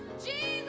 g